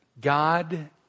God